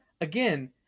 again